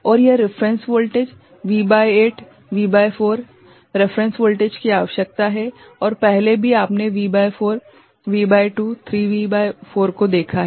और यह reference voltage V भागित 8 V भागित 4 रेफेरेंस वोल्टेज की आवश्यकता है और पहले भी आपने V भागित 4 V भागित 2 3V भागित 4 को देखा है